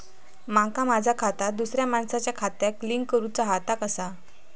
माका माझा खाता दुसऱ्या मानसाच्या खात्याक लिंक करूचा हा ता कसा?